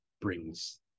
brings